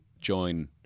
join